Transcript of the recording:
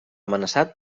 amenaçat